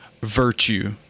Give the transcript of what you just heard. virtue